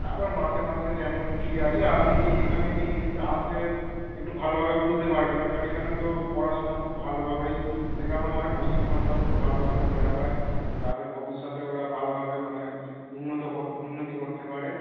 তারপর মাসে মাসে যেমন ফি আছে আপনি এখানে এসে আসলে একটু ভালোভাবে বুঝতে পারবেন আর এখানে তো পড়াশোনা খুব ভালোভাবেই শেখানো হয় প্রশিক্ষণটা খুব ভালোভাবে দেওয়া হয় যাতে ভবিষ্যতে ওরা ভালোভাবে মানে উন্নত কর উন্নতি করতে পারে